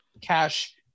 Cash